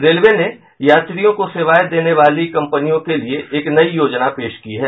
railway ने यात्रियों को सेवायें देने वाली कंपनियों के लिये एक नई योजना पेश की है